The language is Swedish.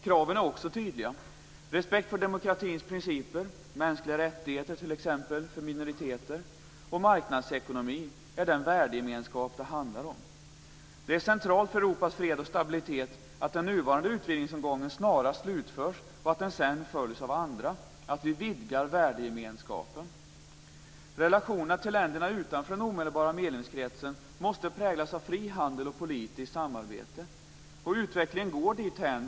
Kraven är också tydliga: respekt för demokratins principer, mänskliga rättigheter för t.ex. minoriteter och marknadsekonomi. Det är den värdegemenskap det handlar om. Det är centralt för Europas fred och stabilitet att den nuvarande utvidgningsomgången snarast utförs och att den sedan följs av andra och att vi vidgar värdegemenskapen. Relationen till länderna utanför den omedelbara medlemskretsen måste präglas av fri handel och politiskt samarbete. Utvecklingen går dithän.